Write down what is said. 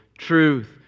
truth